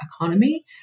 economy